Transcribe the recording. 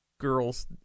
girls